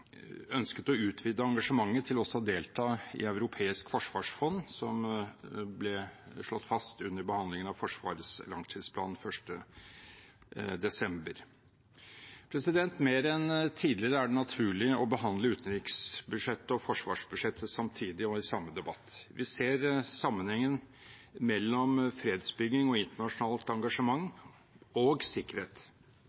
ønsket å utvide engasjementet til også å delta i Det europeiske forsvarsfondet, noe som ble slått fast under behandlingen av Forsvarets langtidsplan 1. desember. Mer enn tidligere er det naturlig å behandle utenriksbudsjettet og forsvarsbudsjettet samtidig og i samme debatt. Vi ser sammenhengen mellom fredsbygging og internasjonalt engasjement